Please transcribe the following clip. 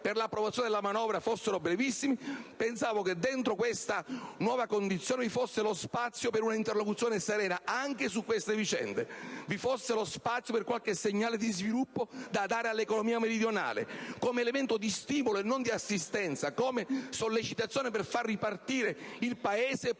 per l'approvazione della manovra fossero brevissimi, pensavo che in seno all'esame di un provvedimento così importante vi fosse lo spazio per avviare una interlocuzione serena anche su queste vicende; che vi fosse lo spazio per dare qualche segnale di sviluppo all'economia meridionale, come elemento di stimolo e non di assistenza, come sollecitazione per far ripartire il Paese